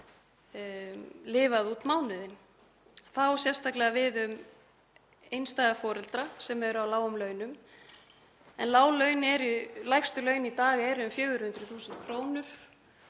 lifað út mánuðinn. Það á sérstaklega við um einstæða foreldra sem eru á lágum launum en lægstu laun í dag eru um 400.000 kr.